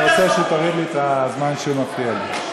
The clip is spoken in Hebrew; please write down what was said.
אני רוצה שתוריד לי את הזמן שהוא מפריע לי.